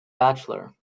bachelor